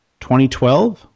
2012